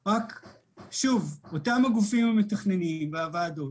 אבל אותם הגופים המתכננים והוועדות